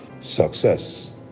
success